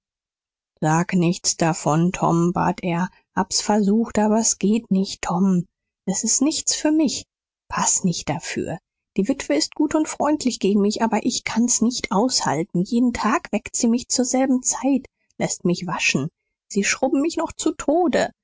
sag nichts davon tom bat er hab's versucht aber s geht nicht tom s ist nichts für mich pass nicht dafür die witwe ist gut und freundlich gegen mich aber ich kann's nicht aushalten jeden tag weckt sie mich zur selben zeit läßt mich waschen sie schrubben mich noch zu tode